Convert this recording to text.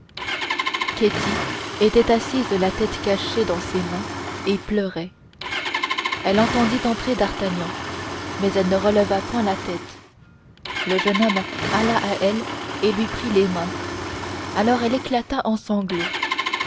était assise la tête cachée dans ses mains et pleurait elle entendit entrer d'artagnan mais elle ne releva point la tête le jeune homme alla à elle et lui prit les mains alors elle éclata en sanglots